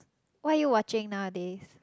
what are you watching nowadays